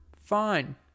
Fine